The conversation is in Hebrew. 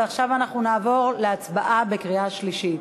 ועכשיו אנחנו נעבור להצבעה בקריאה שלישית.